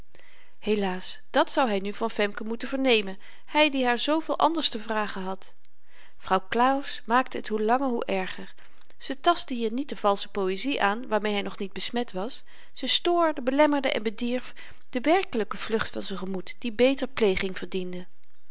helaas dàt zou hy nu van femke moeten vernemen hy die haar zooveel anders te vragen had vrouw claus maakte t hoe langer hoe erger ze tastte hier niet de valsche poëzie aan waarmee hy nog niet besmet was ze stoorde belemmerde en bedierf de werkelyke vlucht van z'n gemoed die beter pleging verdiende